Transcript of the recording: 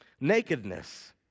Nakedness